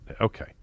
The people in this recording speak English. Okay